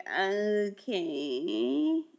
okay